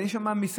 אז יש שם מסעדות,